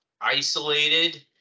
isolated